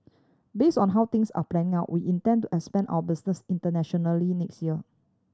base on how things are panning out we intend to expand our business internationally next year